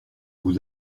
vous